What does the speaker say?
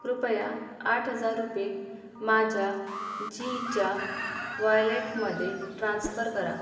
कृपया आठ हजार रुपये माझ्या झीच्या वॉयलेटमध्ये ट्रान्स्फर करा